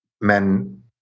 men